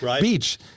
beach